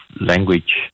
language